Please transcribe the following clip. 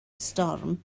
storm